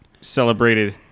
celebrated